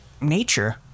nature